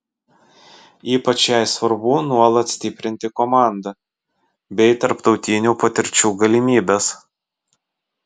ypač jai svarbu nuolat stiprinti komandą bei tarptautinių patirčių galimybes